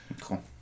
Cool